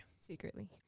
Secretly